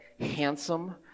handsome